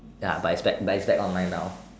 ya but expect but expect online now